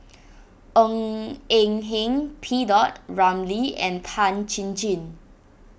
Ng Eng Hen P Dot Ramlee and Tan Chin Chin